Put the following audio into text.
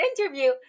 interview